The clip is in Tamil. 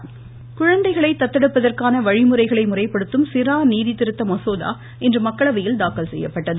மேனகா காந்தி குழந்தைகளை தத்தெடுப்பதற்கான வழிமுறைகளை முறைப்படுத்தும் சிறார் நீதி திருத்த மசோதாஇன்று மக்களவையில் தாக்கல் செய்யப்பட்டது